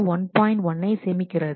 1 ஐ சேமிக்கிறது